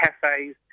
cafes